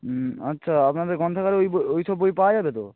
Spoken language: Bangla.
হুম আচ্ছা আপনাদের গ্রন্থাগারে ওই ব ওই সব বই পাওয়া যাবে তো